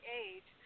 age